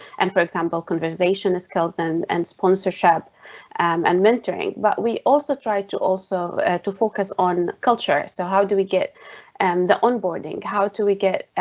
and, for example, conversational skills and and sponsorship an mentoring, but we also try to also focus on culture. so how do we get and the on boarding? how do we get?